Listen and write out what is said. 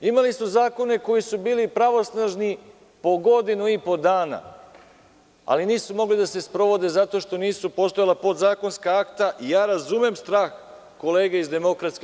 Imali su zakone koji su bili pravosnažni po godinu i po dana, ali nisu mogli da se sprovode zato što nisu postojala podzakonska akta i razumem strah kolega iz DS.